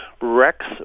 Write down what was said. Rex